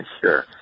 Sure